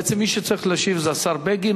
בעצם מי שצריך להשיב זה השר בגין,